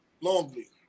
Longley